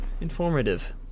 informative